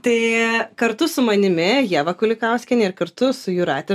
tai kartu su manimi ieva kulikauskienė ir kartu su jūrate